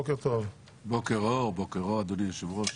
בוקר טוב, אדוני היושב-ראש.